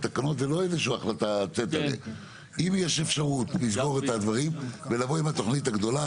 אם יש אפשרות לסגור את הדברים ולבוא עם התוכנית הגדולה,